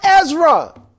Ezra